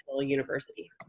university